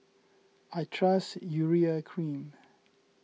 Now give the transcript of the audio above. I trust Urea Cream